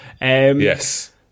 yes